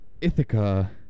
Ithaca